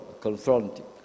confronting